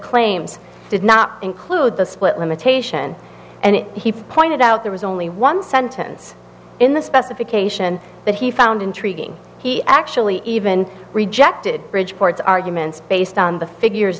claims did not include the split limitation and he pointed out there was only one sentence in the specification that he found intriguing he actually even rejected bridgeport's arguments based on the figures